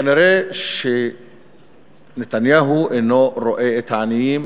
כנראה נתניהו אינו רואה את העניים